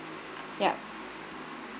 ya